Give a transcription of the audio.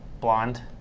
blonde